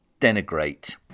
Denigrate